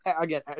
again